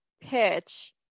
pitch